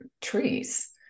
trees